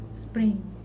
Spring